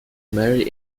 mary